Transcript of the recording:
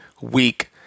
week